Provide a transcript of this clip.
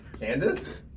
Candace